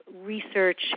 research